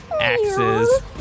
axes